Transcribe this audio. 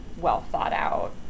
well-thought-out